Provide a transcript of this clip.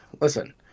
Listen